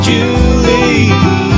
Julie